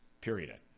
Period